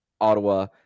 Ottawa